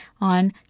on